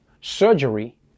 Surgery